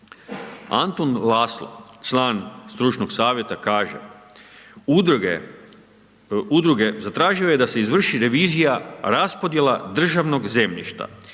Antun Laszlo, član stručnog savjeta kaže udruge, zatraži je da izvrši revizija raspodjela državnog zemljišta